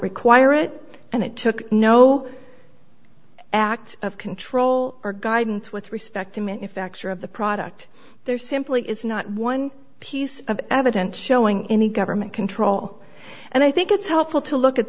require it and it took no act of control or guidance with respect to manufacture of the product there simply is not one piece of evidence showing any government control and i think it's helpful to look at